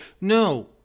No